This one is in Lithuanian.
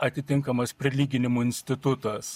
atitinkamas prilyginimų institutas